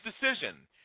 decision